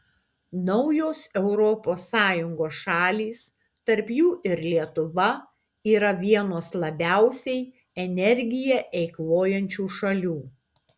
naujos europos sąjungos šalys tarp jų ir lietuva yra vienos labiausiai energiją eikvojančių šalių